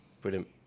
brilliant